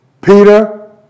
Peter